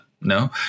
no